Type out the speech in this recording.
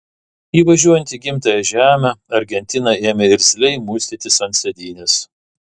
įvažiuojant į gimtąją žemę argentina ėmė irzliai muistytis ant sėdynės